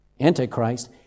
Antichrist